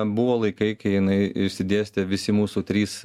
buvo laikai kai jinai išsidėstė visi mūsų trys